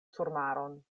surmaron